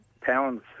pounds